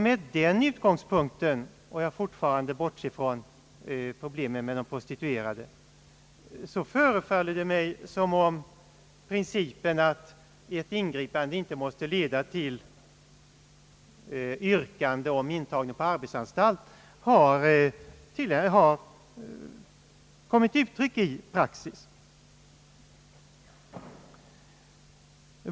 Med den utgångspunkten — om jag fortfarande bortser från problemet med de prostituerade — förefaller det mig som om principen att ingripande inte måste leda till yrkande om intagning på arbetsanstalt tydligt har kommit till uttryck i praxis.